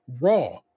Raw